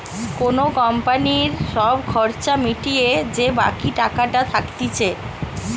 কোন কোম্পানির সব খরচা মিটিয়ে যে বাকি টাকাটা থাকতিছে